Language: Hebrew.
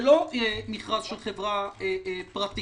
זה לא מכרז של חברה פרטית.